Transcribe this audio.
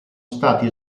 stati